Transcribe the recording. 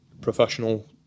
professional